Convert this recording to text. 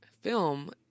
film